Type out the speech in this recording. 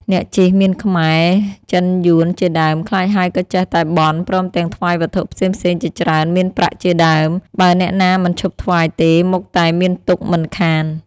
អ្នកជិះមានខ្មែរ-ចិនយួន ជាដើម ខ្លាចហើយក៏ចេះតែបន់ ព្រមទាំងថ្វាយវត្ថុផ្សេងៗជាច្រើន មានប្រាក់ជាដើម បើអ្នកណាមិនឈប់ថ្វាយទេ មុខតែមានទុក្ខមិនខាន ។